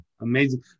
Amazing